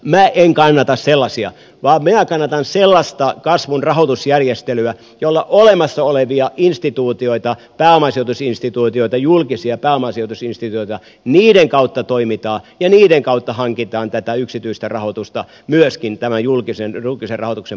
minä en kannata sellaisia vaan minä kannatan sellaista kasvun rahoitusjärjestelyä jolla olemassa olevien instituutioiden pääomasijoitusinstituutioiden julkisten pääomasijoitusinstituutioiden kautta toimitaan ja niiden kautta hankitaan tätä yksityistä rahoitusta myöskin tämän julkisen rahoituksen pariteetiksi